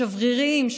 השבריריים,